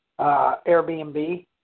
Airbnb